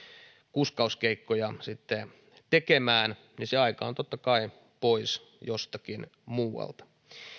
kuskauskeikkoja tekemään niin se aika on totta kai pois jostakin muualta